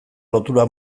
lotura